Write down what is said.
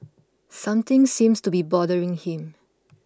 something seems to be bothering him